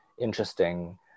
interesting